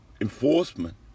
enforcement